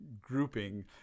grouping